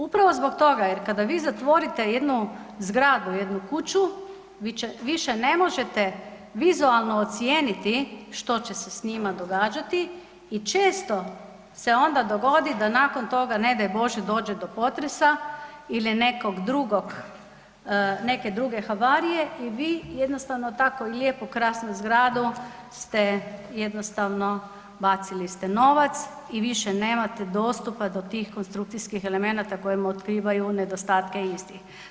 Upravo zbog toga jer kada vi zatvorite jednu zgradu, jednu kuću, više ne možete vizualno ocijeniti što će se s njima događati i često se onda dogodit da nakon toga ne daj bože dođe do potresa ili neke druge havarije i vi jednostavno tako lijepu, krasnu zgradu ste jednostavno bacili ste novac i više nemate dostupa do tih konstrukcijskih elemenata koji vam otkrivaju nedostatke istih.